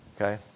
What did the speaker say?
Okay